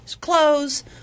clothes